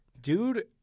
Dude